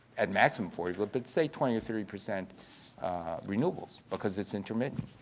at maximum forty, but but say twenty or thirty percent renewables, because it's intermittent.